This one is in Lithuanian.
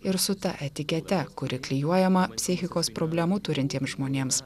ir su ta etikete kuri klijuojama psichikos problemų turintiems žmonėms